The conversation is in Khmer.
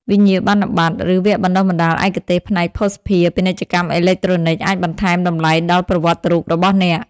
វិញ្ញាបនបត្រ ឬវគ្គបណ្តុះបណ្តាលឯកទេសផ្នែកភស្តុភារ ពាណិជ្ជកម្មអេឡិចត្រូនិក អាចបន្ថែមតម្លៃដល់ប្រវត្តិរូបរបស់អ្នក។